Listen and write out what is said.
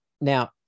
now